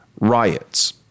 riots